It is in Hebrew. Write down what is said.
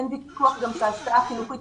אין ויכוח לגבי ההשקעה החינוכית.